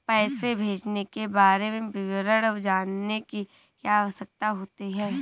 पैसे भेजने के बारे में विवरण जानने की क्या आवश्यकता होती है?